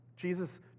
Jesus